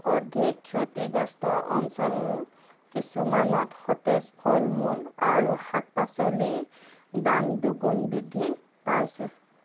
অধিক ক্ষতিগ্ৰস্ত অঞ্চল কিছুমানত সতেজ ফল মূল আৰু শাক পাচলিৰ দাম দুগুণ বৃদ্ধি পাইছে